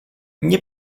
nie